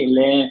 le